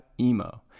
emo